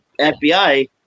FBI